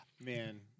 man